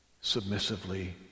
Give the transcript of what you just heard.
submissively